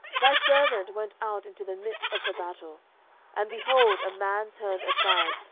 thy servant went out into the midst of the battle and, behold, a man turned aside,